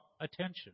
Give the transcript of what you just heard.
attention